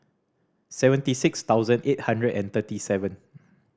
seventy six thousand eight hundred and thirty seven